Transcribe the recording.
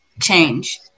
change